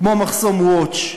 כמו "מחסום Watch".